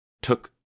took